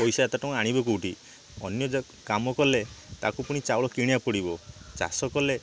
ପଇସା ଏତେ ଟଙ୍କା ଆଣିବେ କେଉଁଠି ଅନ୍ୟ ଯା କାମ କଲେ ତାକୁ ପୁଣି ଚାଉଳ କିଣିବାକୁ ପଡ଼ିବ ଚାଷ କଲେ